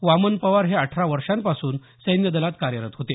वामन पवार हे अठरा वर्षांपासून सैन्यदलात कार्यरत होते